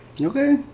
Okay